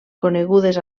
conegudes